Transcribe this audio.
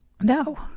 no